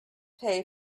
pay